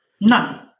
No